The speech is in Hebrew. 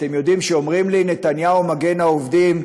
אתם יודעים, כשאומרים לי: נתניהו מגן העובדים,